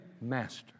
master